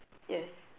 yes